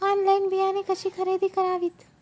Online बियाणे कशी खरेदी करावीत?